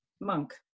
monk